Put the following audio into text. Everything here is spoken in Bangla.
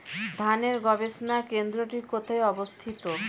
ধানের গবষণা কেন্দ্রটি কোথায় অবস্থিত?